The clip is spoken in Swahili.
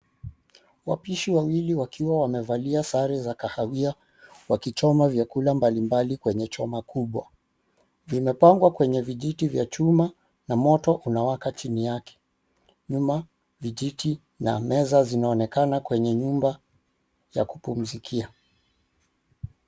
Wapishi wawili wakiwa wamevalia sare za kahawia, wakichoma vyakula mbalimbali kwenye choma kubwa. Vimepangwa kwenye vijiti vya chuma na moto unawaka chini yake, nyuma vijiti vya nyumba ya kupumzikia.